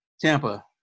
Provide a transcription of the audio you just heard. Tampa